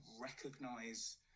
recognize